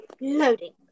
loading